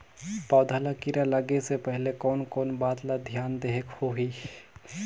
पौध ला कीरा लगे से पहले कोन कोन बात ला धियान देहेक होही?